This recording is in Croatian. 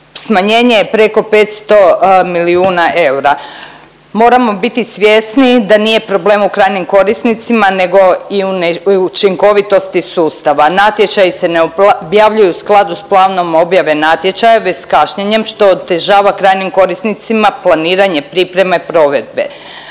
Smanjenje je preko 500 milijuna eura. Moramo biti svjesni da nije problem u krajnjim korisnicima, nego i u neučinkovitosti sustava. Natječaji se ne objavljuju u skladu sa planom objave natječaja već s kašnjenjem što otežava krajnjim korisnicima planiranje pripreme provedbe.